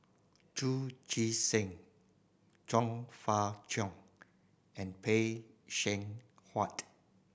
Chu Chee Seng Chong Fah Cheong and Phay Seng Whatt